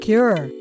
Cure